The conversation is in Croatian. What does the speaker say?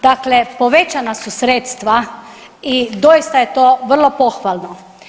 Dakle, povećana su sredstva i doista je to vrlo pohvalno.